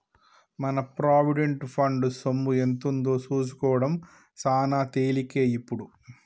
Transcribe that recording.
మన provident fund సొమ్ము ఎంతుందో సూసుకోడం సాన తేలికే ఇప్పుడు